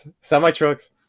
Semi-trucks